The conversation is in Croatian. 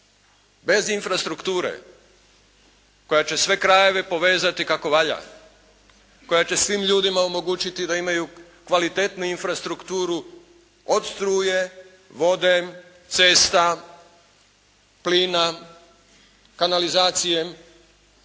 Bez infrastrukture koja će sve krajeve povezati kako valja, koja će svim ljudima omogućiti da imaju kvalitetnu infrastrukturu od struje, vode, cesta, plina, kanalizacije